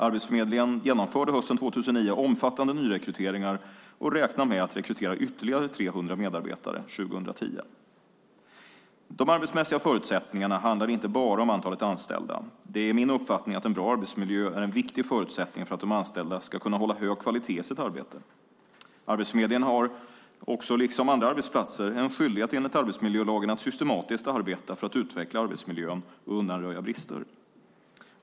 Arbetsförmedlingen genomförde hösten 2009 omfattande nyrekryteringar och räknar med att rekrytera ytterligare 300 medarbetare 2010. De arbetsmässiga förutsättningarna handlar inte bara om antalet anställda. Det är min uppfattning att en bra arbetsmiljö är en viktig förutsättning för att de anställda ska kunna hålla en hög kvalitet i sitt arbete. Arbetsförmedlingen har också liksom andra arbetsplatser en skyldighet enligt arbetsmiljölagen att systematiskt arbeta för att utveckla arbetsmiljön och undanröja brister.